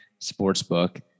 sportsbook